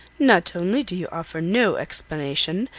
not only do you offer no explanation,